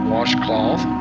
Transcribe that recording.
Washcloth